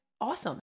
awesome